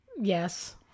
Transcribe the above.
Yes